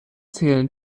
zählen